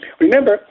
Remember